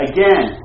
Again